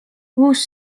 uus